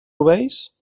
rovells